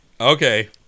okay